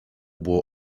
było